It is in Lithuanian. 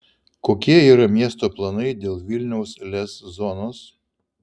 kokie yra miesto planai dėl vilniaus lez zonos